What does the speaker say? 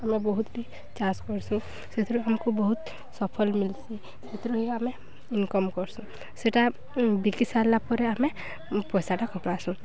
ଆମେ ବହୁତ୍ଟି ଚାଷ୍ କର୍ସୁଁ ସେଥିରୁ ଆମ୍କୁ ବହୁତ୍ ସଫଲ୍ ମିଲ୍ସି ସେଥିରୁ ହିଁ ଆମେ ଇନକମ୍ କର୍ସୁଁ ସେଟା ବିକି ସାରିଲା ପରେ ଆମେ ପଇସାଟା